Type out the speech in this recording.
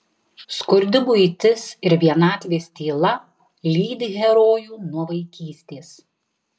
skurdi buitis ir vienatvės tyla lydi herojų nuo vaikystės